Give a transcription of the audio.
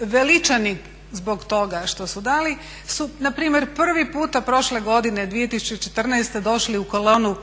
veličani zbog toga što su dali su npr. prvi puta prošle godine 2014. došli u kolonu